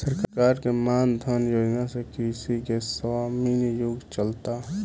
सरकार के मान धन योजना से कृषि के स्वर्णिम युग चलता